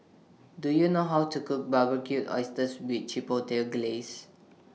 Do YOU know How to Cook Barbecued Oysters with Chipotle Glaze